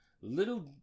Little